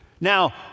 Now